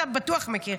אתה בטוח מכיר.